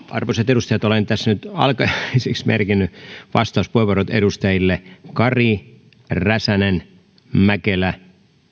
arvoisat edustajat olen tässä nyt alkajaisiksi merkinnyt vastauspuheenvuorot edustajille kari räsänen mäkelä